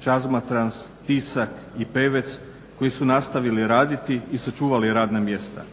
Čazmatrans, Tisak i Pevec koji su nastavili raditi i sačuvali radna mjesta.